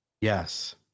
Yes